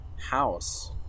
house